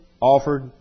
offered